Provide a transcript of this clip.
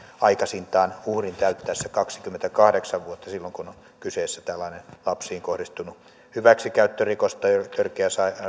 aikaisintaan uhrin täyttäessä kaksikymmentäkahdeksan vuotta silloin kun on kyseessä tällainen lapseen kohdistunut hyväksikäyttörikos törkeä